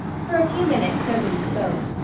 for a few minutes nobody spoke.